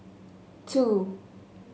two